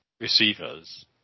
receivers